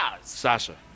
Sasha